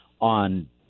on